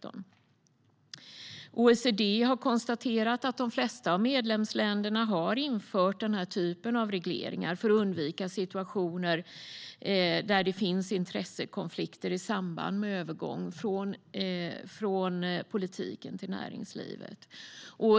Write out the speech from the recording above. OECD har konstaterat att de flesta medlemsländer har infört denna typ av regleringar för att undvika situationer med intressekonflikter i samband med övergång från politiken till näringslivet.